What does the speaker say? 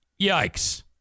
Yikes